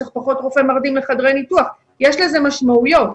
יש לך פחות רופא מרדים לחדרי ניתוח - יש לזה משמעויות.